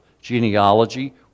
genealogy